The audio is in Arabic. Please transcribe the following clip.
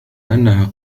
أنها